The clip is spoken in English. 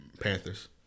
Panthers